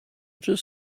just